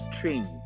trained